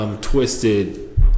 twisted